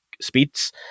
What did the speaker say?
speeds